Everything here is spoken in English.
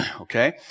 Okay